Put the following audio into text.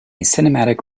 cinematic